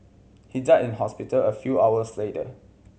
he died in hospital a few hours later